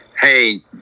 Hey